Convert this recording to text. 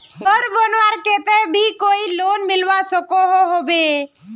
घोर बनवार केते भी कोई लोन मिलवा सकोहो होबे?